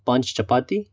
પાંચ ચપાટી